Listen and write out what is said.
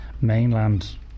mainland